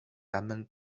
edmund